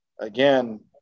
again